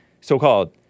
so-called